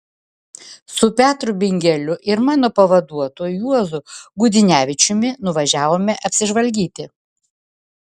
su petru bingeliu ir mano pavaduotoju juozu gudzinevičiumi nuvažiavome apsižvalgyti